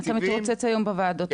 אתה מתרוצץ היום בוועדות,